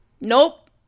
nope